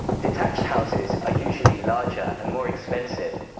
detached houses are usually larger and more expensive.